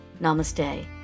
Namaste